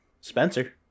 Spencer